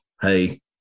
hey